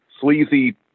sleazy